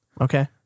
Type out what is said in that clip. Okay